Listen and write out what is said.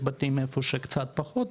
יש בתים איפה שקצת פחות,